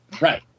Right